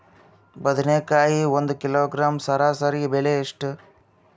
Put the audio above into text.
ಬದನೆಕಾಯಿ ಒಂದು ಕಿಲೋಗ್ರಾಂ ಸರಾಸರಿ ಬೆಲೆ ಎಷ್ಟು?